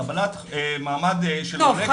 קבלת מעמד של --- טוב,